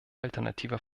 alternativer